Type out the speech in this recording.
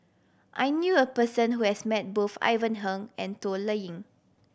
I knew a person who has met both Ivan Heng and Toh Liying